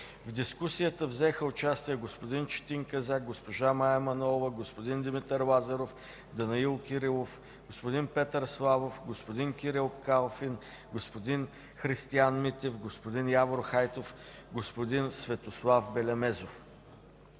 В дискусията взеха участие господин Четин Казак, госпожа Мая Манолова, господин Димитър Лазаров, господин Данаил Кирилов, господин Петър Славов, господин Кирил Калфин, господин Христиан Митев, господин Явор Хайтов, господин Светослав Белемезов.